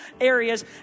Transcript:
areas